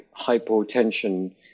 hypotension